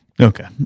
Okay